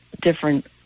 different